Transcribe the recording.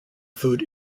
food